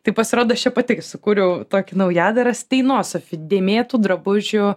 tai pasirodo aš čia pati sukūriau tokį naujadarą stainosophy dėmėtų drabužių